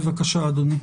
בבקשה, אדוני.